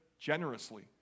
generously